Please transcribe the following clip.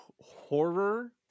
horror